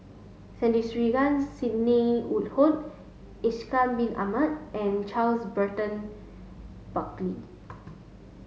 Sandrasegaran Sidney Woodhull Ishak bin Ahmad and Charles Burton Buckley